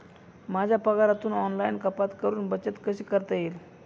माझ्या पगारातून ऑनलाइन कपात करुन बचत कशी करता येईल?